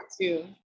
two